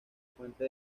fuente